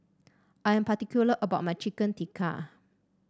I'm particular about my Chicken Tikka